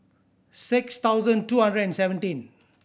six thousand two hundred and seventeen